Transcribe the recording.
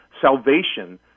salvation